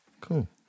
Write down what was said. cool